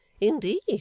Indeed